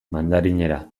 mandarinera